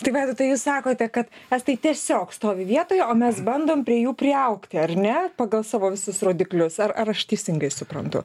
tai vaidotai jūs sakote kad estai tiesiog stovi vietoje o mes bandom prie jų priaugti ar ne pagal savo visus rodiklius ar ar aš teisingai suprantu